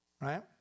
right